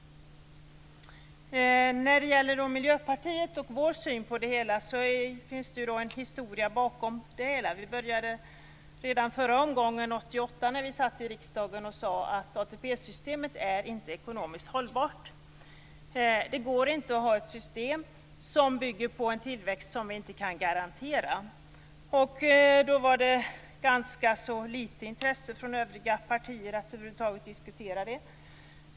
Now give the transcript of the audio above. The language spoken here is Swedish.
Bakom Miljöpartiets syn på förslaget finns det en historia. Vi började redan förra gången vi satt i riksdagen, 1988, att säga att ATP-systemet inte är ekonomiskt hållbart. Det går inte att ha ett system som bygger på en tillväxt som vi inte kan garantera. Då var det ganska litet intresse från övriga partier att över huvud taget diskutera det.